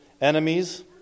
enemies